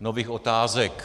nových otázek.